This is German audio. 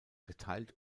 geteilt